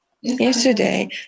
yesterday